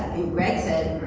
greg said,